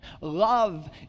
Love